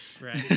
right